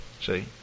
See